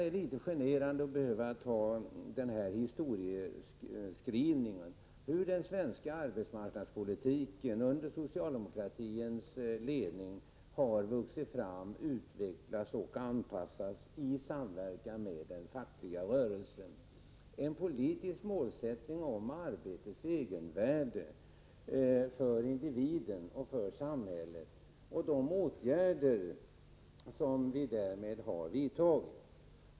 Det är nästan litet genant att behöva göra en historiebeskrivning av hur den svenska arbetsmarknadspolitiken under socialdemokratins ledning har vuxit fram, utvecklats och anpassats i samverkan med den fackliga rörelsen, liksom att behöva peka på vår politiska målsättning om arbetets egenvärde för individen och för samhället och på de åtgärder som vidtagits i enlighet därmed.